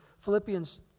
Philippians